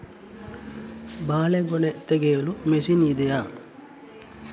ಬಾಳೆಗೊನೆ ತೆಗೆಯಲು ಮಷೀನ್ ಇದೆಯಾ?